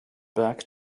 back